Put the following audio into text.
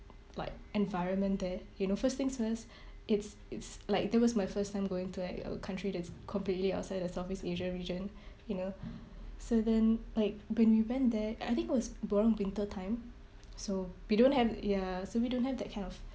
like environment there you know first things first it's it's like that was my first time going to like a country that's completely outside the southeast asia region you know so then like when we went there I think was around winter time so we don't have ya so we don't have that kind of